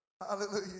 Hallelujah